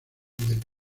del